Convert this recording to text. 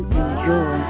enjoy